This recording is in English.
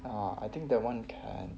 uh I think that [one] can